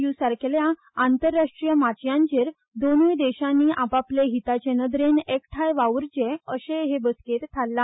यु सारखेल्या आंतरराष्ट्रीय माचयांचेर दोनुय देशांनी आप आपले हिताचे नदरेन एकठांय वावुरचें अशेंय हे बसकेंत थारला